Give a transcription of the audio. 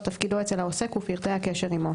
תפקידו אצל העוסק ופרטי הקשר עימו,